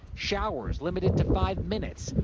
showers limited to five minutes,